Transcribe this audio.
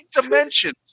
dimension